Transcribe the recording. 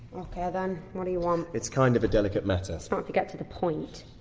ok, then. what do you want? it's kind of a delicate matter. it's not if you get to the point.